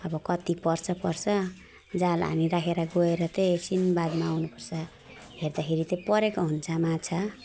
अब कति पर्छ पर्छ जाल हानिराखेर गएर त एकछिन बादमा आउनुपर्छ हेर्दाखेरि त परेको हुन्छ माछा